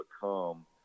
become